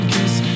Cause